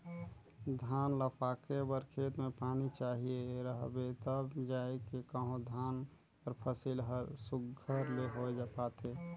धान ल पाके बर खेत में पानी चाहिए रहथे तब जाएके कहों धान कर फसिल हर सुग्घर ले होए पाथे